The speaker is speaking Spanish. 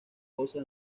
cosa